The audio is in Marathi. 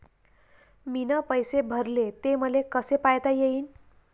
मीन पैसे भरले, ते मले कसे पायता येईन?